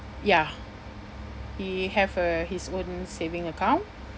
ya he have uh his own saving account